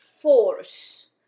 force